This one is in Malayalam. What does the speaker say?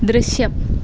ദൃശ്യം